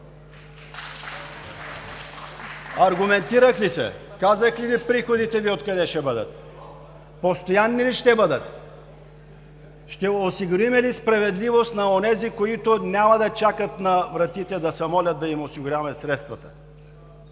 Аргументирах ли се? Казах ли приходите Ви откъде ще бъдат? Постоянни ли ще бъдат? Ще осигурим ли справедливост на онези, които няма да чакат на вратите да се молят да им осигуряваме средствата?